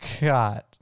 God